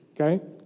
okay